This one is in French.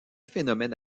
phénomène